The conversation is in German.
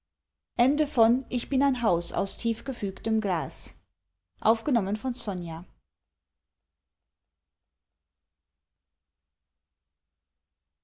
ich bin ein haus aus tief gefügtem glas